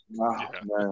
man